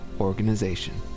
organization